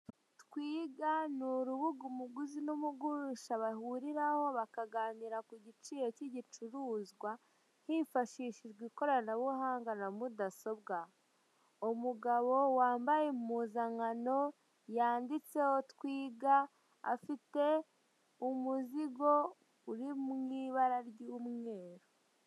Twiga ni urubuga umuguzi n'umugurisha bahururaho bakaganira ku giciro cy'igicuruzwa hifashishijwe ikoranabuhanga na mudasobwa, umugabo wambaye impuzankano yanditseho twiga afite umuzigo uri mu ibara ry'umweru.